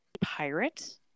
pirate